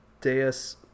Deus